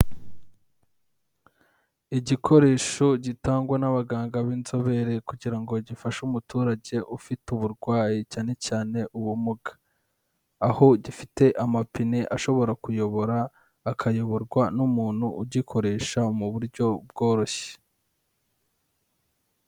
Igikoresho gitangwa n'abaganga b'inzobere kugira ngo gifashe umuturage ufite uburwayi cyane cyane ubumuga, aho gifite amapine ashobora kuyobora akayoborwa n'umuntu ugikoresha mu buryo bworoshye.